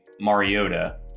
Mariota